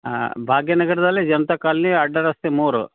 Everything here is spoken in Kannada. ಹಾಂ ಭಾಗ್ಯನಗರದಲ್ಲಿ ಜನತಾ ಕಾಲ್ನಿ ಅಡ್ಡರಸ್ತೆ ಮೂರು